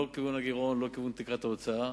לא לכיוון הגירעון ולא לכיוון תקרת ההוצאה.